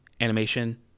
animation